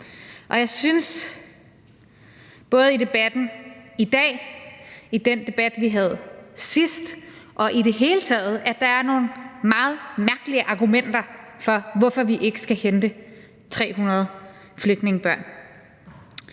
at der både i debatten i dag, i den debat, vi havde sidst, og i det hele taget er nogle meget mærkelige argumenter for, hvorfor vi ikke skal hente 300 flygtningebørn.